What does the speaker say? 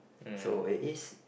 so it is